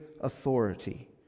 authority